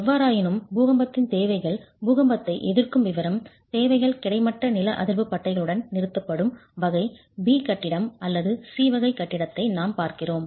எவ்வாறாயினும் பூகம்பத்தின் தேவைகள் பூகம்பத்தை எதிர்க்கும் விவரம் தேவைகள் கிடைமட்ட நில அதிர்வு பட்டைகளுடன் நிறுத்தப்படும் வகை B கட்டிடம் அல்லது C வகை கட்டிடத்தை நாம் பார்க்கிறோம்